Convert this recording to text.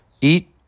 eat